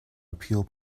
appeal